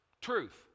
Truth